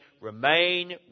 Remain